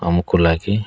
ଆମକୁ ଲାଗେ